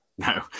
No